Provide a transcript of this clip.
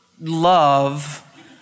love